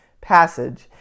passage